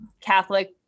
Catholic